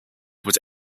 would